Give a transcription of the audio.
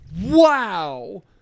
Wow